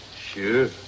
Sure